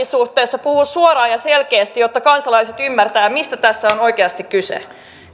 suhteessa puhuisi suoraan ja selkeästi jotta kansalaiset ymmärtävät mistä tässä on oikeasti kyse